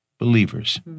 Believers